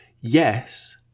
Yes